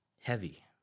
Heavy